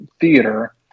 theater